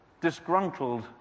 disgruntled